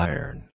Iron